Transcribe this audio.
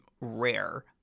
rare